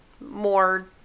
more